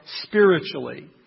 spiritually